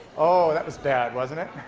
oh, that was bad, wasn't it?